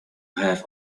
have